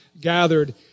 gathered